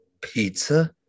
pizza